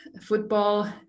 football